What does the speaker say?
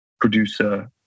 producer